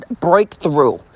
breakthrough